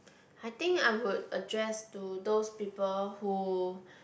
I think I would address to those people who